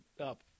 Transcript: up